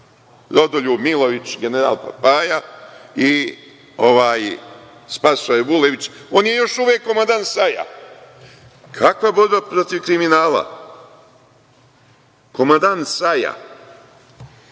Rodoljub Milojević, general Paja i Spasoje Vulević, on je još uvek komandant SAJ-a. Kakva borba protiv kriminala? Komandant